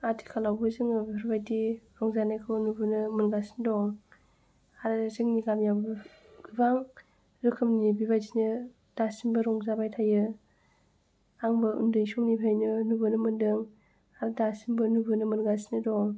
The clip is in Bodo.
आथिखालावबो जोङो बेफोरबायदि रंजानायखौ नुबोनो मोनगासिनो दं आरो जोंनि गामिआव गोबां रोखोमनि बेबायदिनो दासिमबो रंजाबाय थायो आंबो उन्दै समनिफ्रायनो नुबोनो मोन्दों आरो दासिमबो नुबोनो मोनगासिनो दं